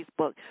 Facebook